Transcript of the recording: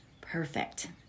Perfect